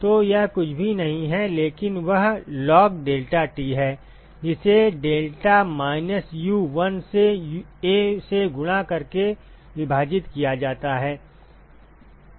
तो यह कुछ भी नहीं है लेकिन वह log deltaT है जिसे डेल्टा माइनस U 1 से A से गुणा करके विभाजित किया जाता है